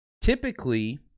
Typically